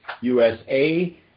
USA